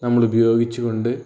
നമ്മൾ ഉപയോഗിച്ചു കൊണ്ട്